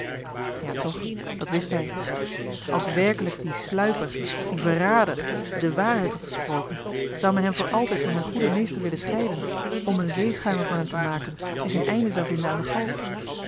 ja toch dat wist hij als werkelijk die sluiper die verrader de waarheid had gesproken zou men hem voor altijd van zijn goeden meester willen scheiden om een zeeschuimer van hem te maken die zijn einde zou vinden aan de galg